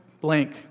blank